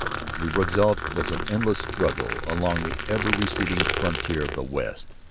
the result was an endless struggle along the ever-receding frontier of the west.